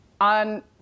on